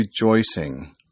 rejoicing